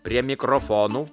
prie mikrofonų